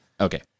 Okay